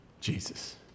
Jesus